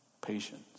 Patience